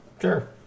Sure